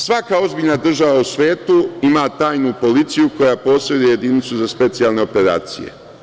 Svaka ozbiljna država u svetu ima tajnu policiju koja poseduje jedinicu za specijalne operacije.